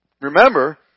remember